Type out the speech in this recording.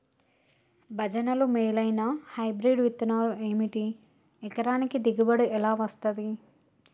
భజనలు మేలైనా హైబ్రిడ్ విత్తనాలు ఏమిటి? ఎకరానికి దిగుబడి ఎలా వస్తది?